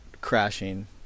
crashing